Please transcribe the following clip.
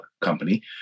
company